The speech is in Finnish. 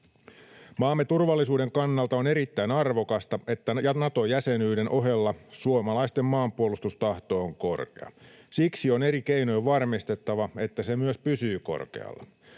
Maamme turvallisuuden kannalta on erittäin arvokasta, että Nato-jäsenyyden kannatuksen ohella suomalaisten maanpuolustustahto on korkea. Siksi on eri keinoin varmistettava, että se myös pysyy korkealla.